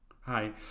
Hi